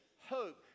hope